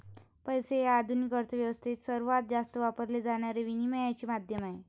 पैसा हे आधुनिक अर्थ व्यवस्थेत सर्वात जास्त वापरले जाणारे विनिमयाचे माध्यम आहे